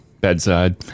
bedside